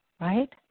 Right